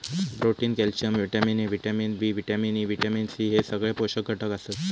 protein, calcium, vitamin A, vitamin B, vitamin E, vitamin C हे सगळे पोषक घटक आसत